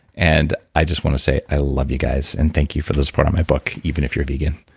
and i just want to say i love you guys and thank you for the support on my book. even if you're vegan,